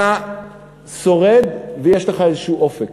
אתה שורד ויש לך איזשהו אופק,